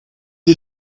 you